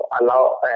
allow